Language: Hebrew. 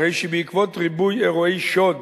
הרי שבעקבות ריבוי אירועי שוד